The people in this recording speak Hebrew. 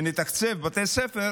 התקציב,